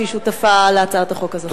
שהיא שותפה להצעת החוק הזאת.